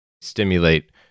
stimulate